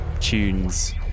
tunes